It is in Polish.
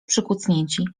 przykucnięci